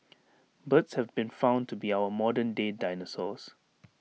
birds have been found to be our modern day dinosaurs